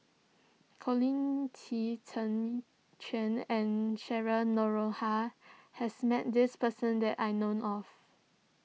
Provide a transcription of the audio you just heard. Colin Qi Zhe Quan and Cheryl Noronha has met this person that I known of